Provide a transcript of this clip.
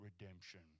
redemption